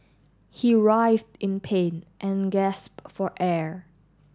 he writhed in pain and gasped for air